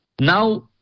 Now